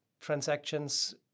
transactions